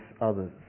others